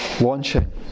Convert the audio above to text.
launching